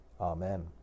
Amen